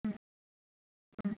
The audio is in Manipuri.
ꯎꯝ ꯎꯝ